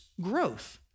growth